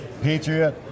Patriot